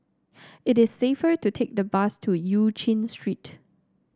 it is safer to take the bus to Eu Chin Street